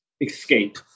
escape